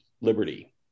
liberty